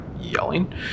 yelling